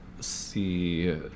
see